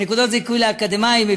נקודות זיכוי לאקדמאים,